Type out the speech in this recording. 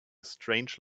strange